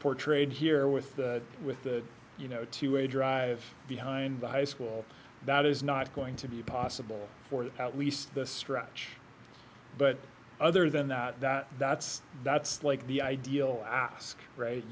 portrayed here with the with the you know two way drive behind the high school that is not going to be possible for at least the stretch but other than that that's that's like the ideal ask right